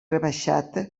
rebaixat